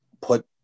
put